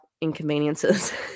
inconveniences